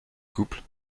couple